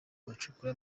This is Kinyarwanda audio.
bacukura